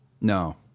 No